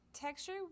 Texture